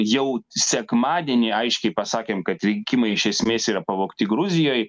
jau sekmadienį aiškiai pasakėm kad rinkimai iš esmės yra pavogti gruzijoj